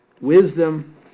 wisdom